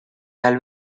tal